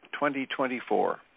2024